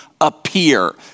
appear